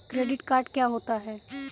Credit card क्या होता है?